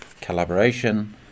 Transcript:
collaboration